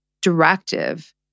directive